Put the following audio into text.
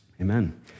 Amen